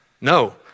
No